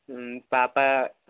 పాప